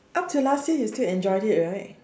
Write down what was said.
up till last year you still enjoyed it right